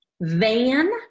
Van